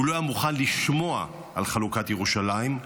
הוא לא היה מוכן לשמוע על חלוקת ירושלים,